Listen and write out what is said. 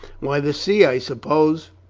why, the sea, i suppose.